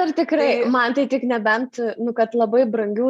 ar tikrai man tai tik nebent nu kad labai brangių